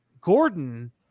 gordon